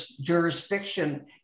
jurisdiction